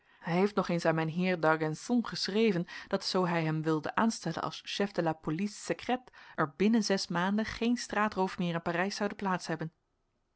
hij heeft nog eens aan mijn heer d argenson geschreven dat zoo hij hem wilde aanstellen als chef de la police secrète er binnen zes maanden geen straatroof meer in parijs zoude plaats hebben